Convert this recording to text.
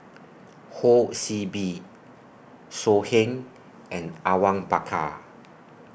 Ho See Beng So Heng and Awang Bakar